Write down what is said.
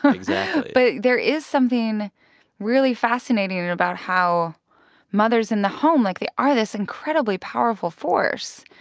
um exactly but there is something really fascinating about how mothers in the home like, they are this incredibly powerful force.